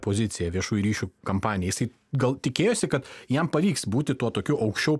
pozicija viešųjų ryšių kampanija jisai gal tikėjosi kad jam pavyks būti tuo tokiu aukščiau